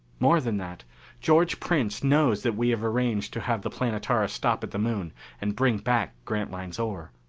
more than that george prince knows that we have arranged to have the planetara stop at the moon and bring back grantline's ore.